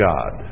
God